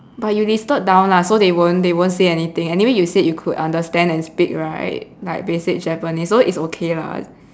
but you listed down lah so they won't they won't say anything anyway you said you could understand and speak right like basic japanese so it's okay lah